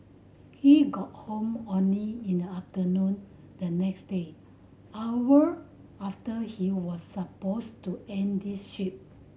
he got home only in the afternoon the next day hour after he was supposed to end his ship